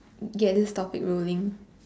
get this topic rolling